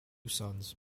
sons